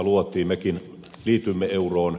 mekin liityimme euroon